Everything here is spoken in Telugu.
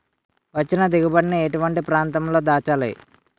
వచ్చిన దిగుబడి ని ఎటువంటి ప్రాంతం లో దాచాలి?